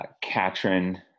Katrin